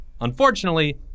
Unfortunately